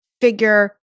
figure